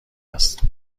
است